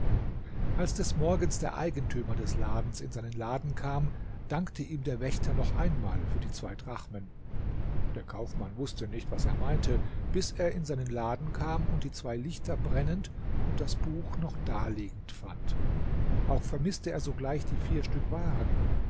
als des morgens der eigentümer des ladens in seinen laden kam dankte ihm der wächter noch einmal für die zwei drachmen der kaufmann wußte nicht was er meinte bis er in seinen laden kam und die zwei lichter brennend und das buch noch daliegend fand auch vermißte er sogleich die vier stück waren